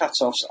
cutoffs